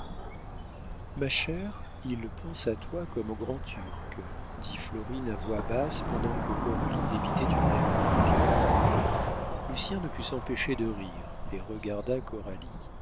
ma chère il pense à toi comme au grand turc dit florine à voix basse pendant que coralie débitait une réplique lucien ne put s'empêcher de rire et regarda